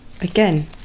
again